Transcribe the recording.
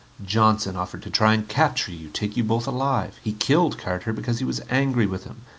johnson offered to try and capture you, take you both alive. he killed carter because he was angry with him.